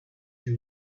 day